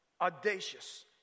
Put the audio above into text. Audacious